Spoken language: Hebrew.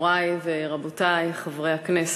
מורי ורבותי חברי הכנסת,